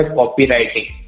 copywriting